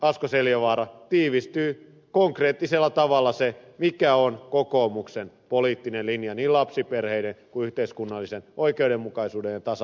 asko seljavaara tiivistyy konkreettisella tavalla se mikä on kokoomuksen poliittinen linja niin lapsiperheiden kuin yhteiskunnallisen oikeudenmukaisuuden ja tasa